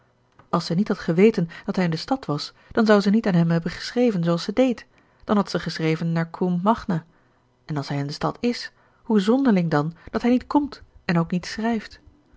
als zij niet had geweten dat hij in de stad was dan zou ze niet aan hem hebben geschreven zooals ze deed dan had ze geschreven naar combe magna en als hij in de stad is hoe zonderling dan dat hij niet komt en ook niet schrijft